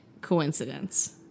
coincidence